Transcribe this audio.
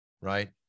right